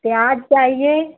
प्याज चाहिए